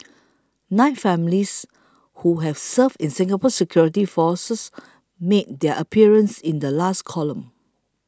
nine families who have served in Singapore's security forces made their appearance in the last column